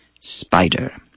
spider